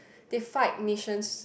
they fight missions